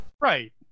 Right